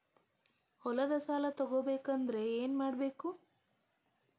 ಹೊಲದ ಸಾಲ ತಗೋಬೇಕಾದ್ರೆ ಏನ್ಮಾಡಬೇಕು?